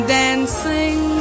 dancing